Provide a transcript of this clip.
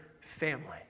family